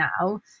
now